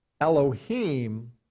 Elohim